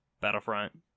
Battlefront